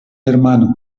hermano